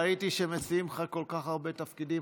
ראיתי שמציעים לך כל כך הרבה תפקידים,